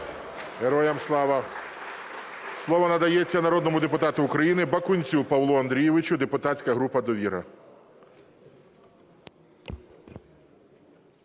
Героям слава! Слово надається народному депутату України Бакунцю Павлу Андрійовичу, депутатська група "Довіра".